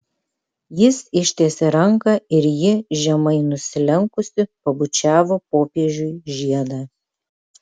jis ištiesė ranką ir ji žemai nusilenkusi pabučiavo popiežiui žiedą